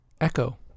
Echo